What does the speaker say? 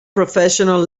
professional